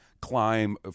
climb